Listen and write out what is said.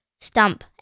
stump